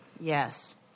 yes